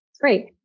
great